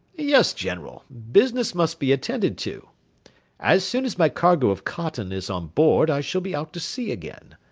yes, general, business must be attended to as soon as my cargo of cotton is on board i shall be out to sea again.